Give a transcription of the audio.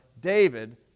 David